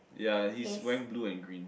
ya he is wearing blue and green